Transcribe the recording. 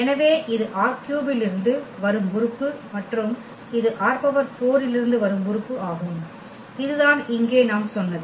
எனவே இது ℝ3 இலிருந்து வரும் உறுப்பு மற்றும் இது ℝ4 இலிருந்து வரும் உறுப்பு ஆகும் இதுதான் இங்கே நாம் சொன்னது